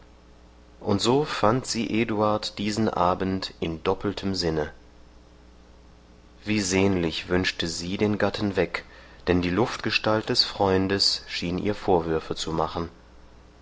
und so fand sie eduard diesen abend in doppeltem sinne wie sehnlich wünschte sie den gatten weg denn die luftgestalt des freundes schien ihr vorwürfe zu machen